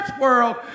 world